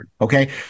Okay